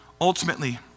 Ultimately